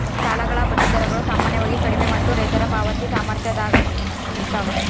ಸಾಲಗಳ ಬಡ್ಡಿ ದರಗಳು ಸಾಮಾನ್ಯವಾಗಿ ಕಡಿಮೆ ಮತ್ತು ರೈತರ ಪಾವತಿ ಸಾಮರ್ಥ್ಯದಾಗ ಇರ್ತವ